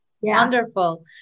Wonderful